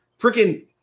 freaking